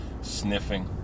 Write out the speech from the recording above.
sniffing